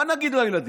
מה נגיד לילדים?